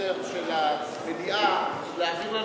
האם אדוני יכול לבקש מאחד מעובדי העזר של המליאה להעביר לנו